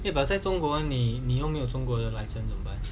eh but 在中国你有没有中国的 license